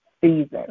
season